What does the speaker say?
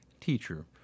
Teacher